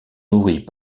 nourris